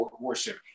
worship